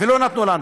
ולא נתנו לנו,